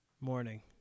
Morning